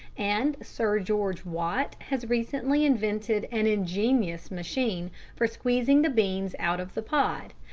and sir george watt has recently invented an ingenious machine for squeezing the beans out of the pod,